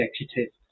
executive